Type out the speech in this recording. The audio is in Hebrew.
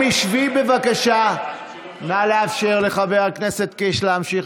אלה לא חשובות לך, נכון?